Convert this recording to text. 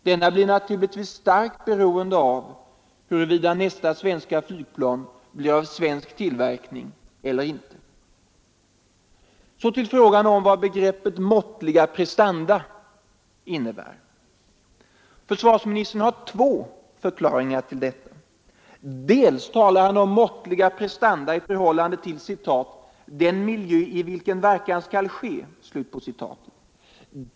Denna blir naturligtvis starkt beroende av om nästa svenska flygplan blir av svensk tillverkning eller inte. Så till frågan om vad begreppet ”måttliga prestanda” betyder. Försvarsministern har två förklaringar till detta. Dels talar han om måttliga prestanda i förhållande till ”den miljö i vilken verkan skall ske”.